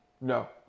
No